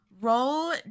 Roll